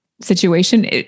situation